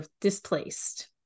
displaced